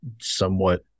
somewhat